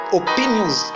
opinions